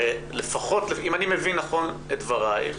הרי אם אני מבין נכון את דברייך,